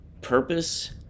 purpose